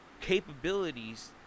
capabilities